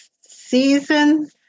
season